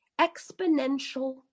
Exponential